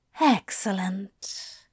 Excellent